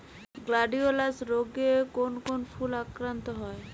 Gladiolus রোগে কোন কোন ফুল আক্রান্ত হয়?